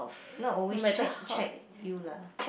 not always check check you lah